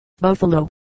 Buffalo